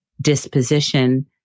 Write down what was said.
disposition